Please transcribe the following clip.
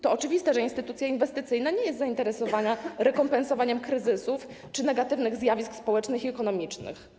To oczywiste, że instytucja inwestycyjna nie jest zainteresowana rekompensowaniem kryzysów czy negatywnych zjawisk społecznych i ekonomicznych.